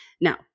Now